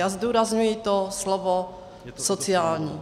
A zdůrazňuji to slovo sociální.